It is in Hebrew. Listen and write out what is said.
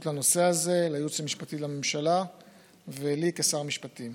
לנושא הזה של הייעוץ המשפטי לממשלה ושלי כשר משפטים.